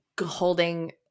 holding